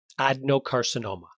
Adenocarcinoma